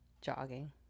jogging